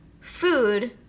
food